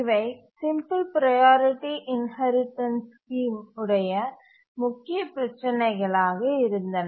இவை simple priority inheritance scheme உடைய முக்கிய பிரச்சினைகளாக இருந்தன